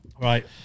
Right